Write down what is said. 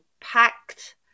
packed